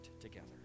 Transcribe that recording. together